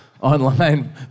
online